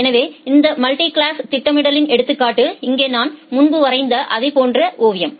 எனவே இந்த மல்டிகிளாஸ் திட்டமிடலின் எடுத்துக்காட்டு இங்கே நான் முன்பு வரைந்த அதைப் போன்ற ஓவியம்